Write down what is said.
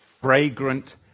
fragrant